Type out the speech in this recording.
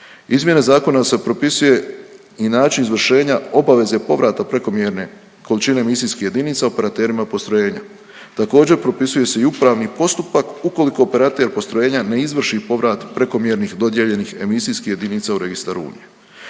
Izmjene zakona se propisuje i način izvršenja obaveze povrata prekomjerne količine emisijskih jedinica operaterima postrojenja. Također, propisuju se i upravni postupak ukoliko operater postrojenja ne izvrši povrat prekomjernih dodijeljenih emisijskih jedinica u registar Unije.